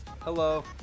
Hello